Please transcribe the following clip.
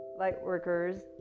Lightworkers